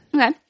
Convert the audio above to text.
Okay